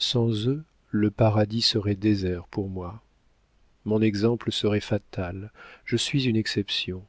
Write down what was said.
sans eux le paradis serait désert pour moi mon exemple serait fatal je suis une exception